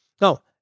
Now